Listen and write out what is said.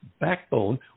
backbone